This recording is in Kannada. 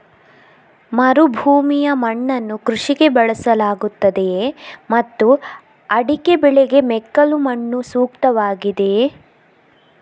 ಮರುಭೂಮಿಯ ಮಣ್ಣನ್ನು ಕೃಷಿಗೆ ಬಳಸಲಾಗುತ್ತದೆಯೇ ಮತ್ತು ಅಡಿಕೆ ಬೆಳೆಗೆ ಮೆಕ್ಕಲು ಮಣ್ಣು ಸೂಕ್ತವಾಗಿದೆಯೇ?